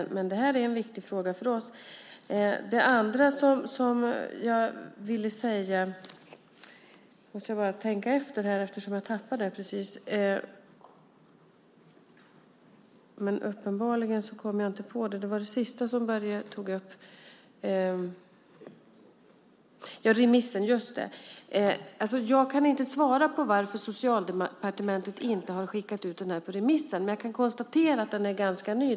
Men det här är en viktig fråga för oss. Det andra som jag vill säga gäller remissen. Jag kan inte svara på varför Socialdepartementet inte har skickat ut den här på remiss än, men jag kan konstatera att den är ganska ny.